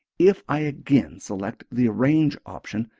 if i again select the arrange option,